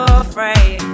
afraid